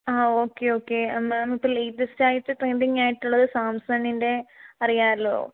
ആ okay okay ma'am ഇപ്പം latest ആയിട്ട് ട്രെൻഡിങ്ങ് ആയിട്ടുള്ളത് സാംസങ്ങിന്റെ അറിയാമല്ലോ